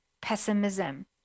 pessimism